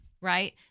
right